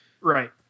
Right